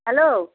hello